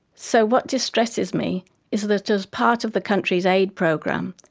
so what distresses me is that as part of the country's aid program,